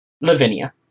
Lavinia